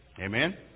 Amen